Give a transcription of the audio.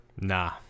nah